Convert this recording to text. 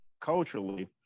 culturally